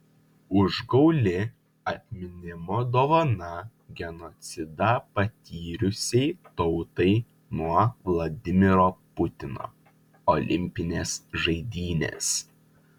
užgauli atminimo dovana genocidą patyrusiai tautai nuo vladimiro putino olimpinės žaidynės